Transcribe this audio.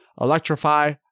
Electrify